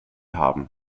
haben